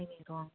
नायसै र' आं